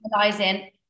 realizing